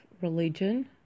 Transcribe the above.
religion